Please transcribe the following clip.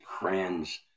friends